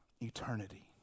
eternity